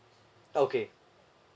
okay